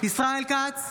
ישראל כץ,